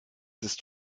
ist